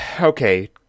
Okay